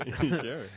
sure